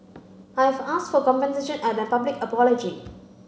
I've asked for compensation and a public apology